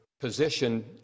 position